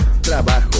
trabajo